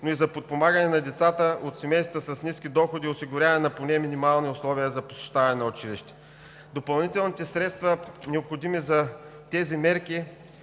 но и за подпомагане на децата от семейства с ниски доходи и осигуряване на поне минимални условия за посещаване на училище. Допълнителните средства, необходими за тези мерки,